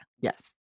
Yes